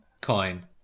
coin